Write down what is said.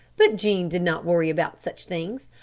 but jean did not worry about such things.